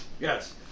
Yes